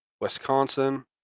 Wisconsin